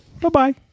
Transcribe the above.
Bye-bye